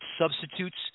substitutes